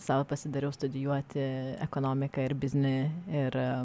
sau pasidariau studijuoti ekonomiką ir biznį ir